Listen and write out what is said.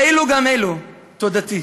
לאלו גם אלו תודתי.